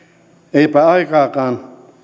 eipä aikaakaan